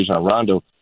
Rondo